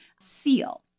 seal